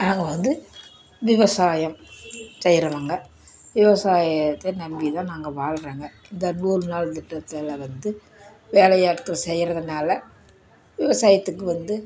நாங்கள் வந்து விவசாயம் செய்யறோம் நாங்கள் விவசாயத்தை நம்பி தான் நாங்கள் வாழ்றங்க இந்த நூறு நாள் திட்டத்தில் வந்து வேலையாட்கள் செய்யறதுனால விவசாயத்துக்கு வந்து